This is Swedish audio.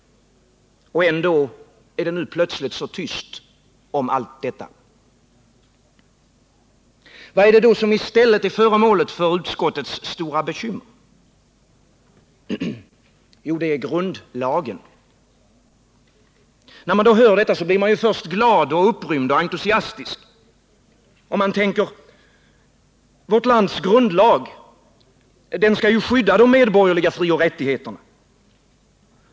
Och ändå är det plötsligt så tyst om allt detta. Vad är det då som i stället är föremål för utskottets stora bekymmer? Jo, det är grundlagen. När man hör detta blir man först glad, upprymd och entusiastisk. Man tänker: Vårt lands grundlag skall ju skydda de medborgerliga frioch rättigheterna.